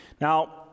now